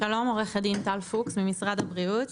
אני ממשרד הבריאות.